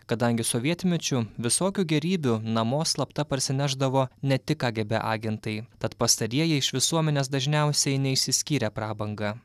kadangi sovietmečiu visokių gėrybių namo slapta parsinešdavo ne tik kgb agentai tad pastarieji iš visuomenės dažniausiai neišsiskyrė prabanga